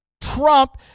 trump